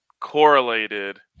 correlated